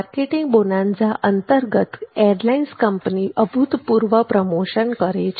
marketing bonanza અંતર્ગત airlines company અભૂતપૂર્વ promotion કરે છે